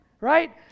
right